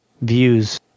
views